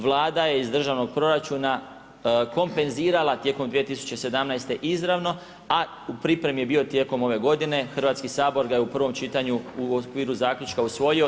Vlada je iz državnog proračuna, kompenzirala tijekom 2017. izravno, a u pripremi je bio tijekom ove godine, Hrvatski sabor ga je u prvom čitanju, u okviru zaključka usvojio.